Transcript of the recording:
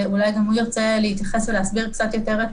ואולי גם הוא ירצה להתייחס ולהסביר קצת יותר את